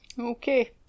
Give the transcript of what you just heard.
Okay